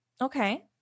okay